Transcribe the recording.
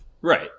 Right